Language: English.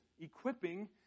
equipping